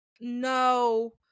No